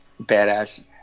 badass